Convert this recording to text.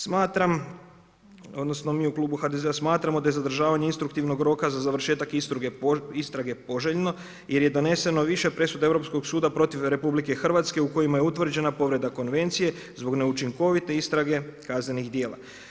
Smatram, odnosno mi u Klubu HDZ-a smatramo da je zadržavanje instruktivnog roka za završetak istrage poželjno jer je doneseno više presuda Europskog suda protiv RH u kojima je u tvrđena povreda konvencije zbog neučinkovite istrage kaznenih djela.